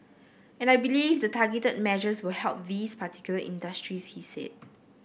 and I believe the targeted measures will help these particular industries he said